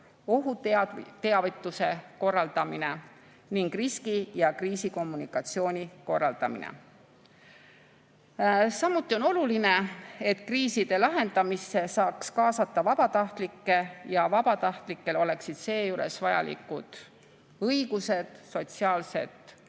ohuteavituse korraldamine ning riski- ja kriisikommunikatsiooni korraldamine. Samuti on oluline, et kriiside lahendamisse saaks kaasata vabatahtlikke ja vabatahtlikel oleksid seejuures vajalikud õigused, sotsiaalsed